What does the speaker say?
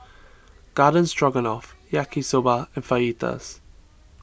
Garden Stroganoff Yaki Soba and Fajitas